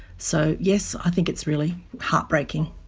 so yes, i think it's really heartbreaking.